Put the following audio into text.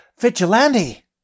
Vigilante